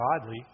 godly